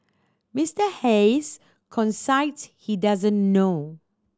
Mister Hayes concedes he doesn't know